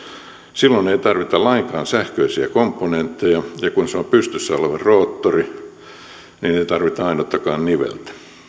silloin ei tarvita lainkaan sähköisiä komponentteja ja kun se on pystyssä oleva roottori niin ei tarvita ainuttakaan niveltä